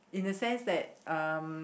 in the sense that um